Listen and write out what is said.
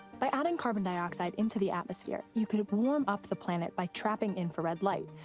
by adding carbon dioxide into the atmosphere, you could warm up the planet by trapping infrared light,